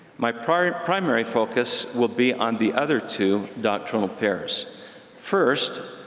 my primary primary focus will be on the other two doctrinal pairs first,